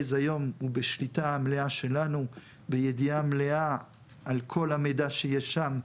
באיזה יום הוא בשליטה מלאה שלנו בידיעה מלאה על כל המידע שיש שם,